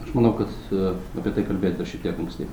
aš manau kad apie tai kalbėt dar šiek tiek anksti